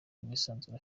bwisanzure